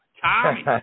tommy